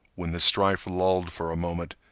when the strife lulled for a moment,